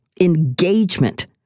engagement